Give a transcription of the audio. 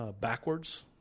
backwards